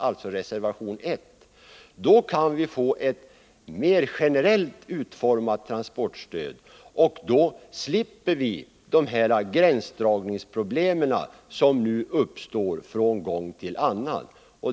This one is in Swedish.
Då skulle vi få ett mer generellt utformat transportstöd, och då slipper vi de gränsdragningsproblem som nu uppstår från gång till annan.